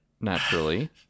naturally